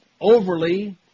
overly